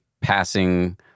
passing